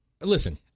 Listen